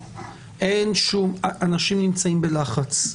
אנשים נמצאים בלחץ,